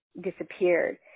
disappeared